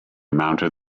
mounted